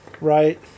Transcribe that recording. right